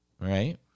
Right